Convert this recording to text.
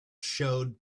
showed